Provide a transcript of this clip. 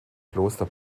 kloster